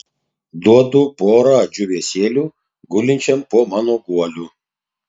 duodu porą džiūvėsėlių gulinčiam po mano guoliu